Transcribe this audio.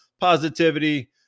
positivity